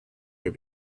are